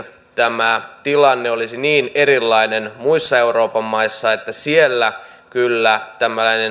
tämä tilanne olisi niin erilainen muissa euroopan maissa että siellä kyllä tämmöinen